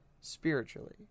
spiritually